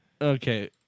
Okay